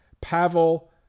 Pavel